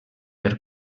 per